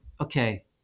okay